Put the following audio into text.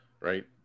Right